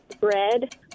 Bread